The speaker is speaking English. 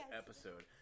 episode